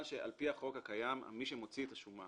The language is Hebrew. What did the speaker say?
על פי החוק הקיים, מי שמוציא את השומה